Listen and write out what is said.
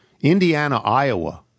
Indiana-Iowa